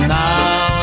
now